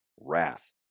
wrath